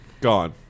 Gone